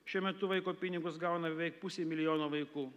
šiuo metu vaiko pinigus gauna beveik pusė milijono vaikų